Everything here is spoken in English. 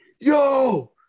yo